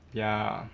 ya